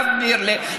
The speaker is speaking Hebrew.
תסביר לי.